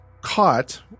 caught